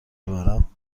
ببرم